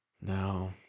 No